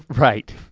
right.